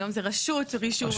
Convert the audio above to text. היום זה רשות רישום המקרקעין.